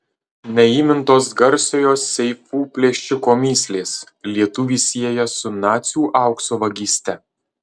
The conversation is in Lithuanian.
neįmintos garsiojo seifų plėšiko mįslės lietuvį sieja su nacių aukso vagyste